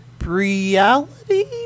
reality